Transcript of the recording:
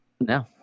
No